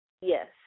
yes